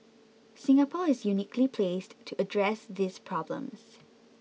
Singapore is uniquely placed to address these problems